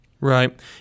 Right